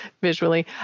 visually